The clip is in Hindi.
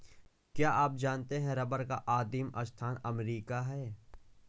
क्या आप जानते है रबर का आदिमस्थान अमरीका है?